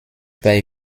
bei